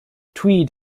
tweed